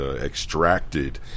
Extracted